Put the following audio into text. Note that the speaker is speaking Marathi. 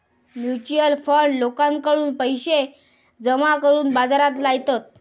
म्युच्युअल फंड लोकांकडून पैशे जमा करून बाजारात लायतत